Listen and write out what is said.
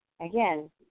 Again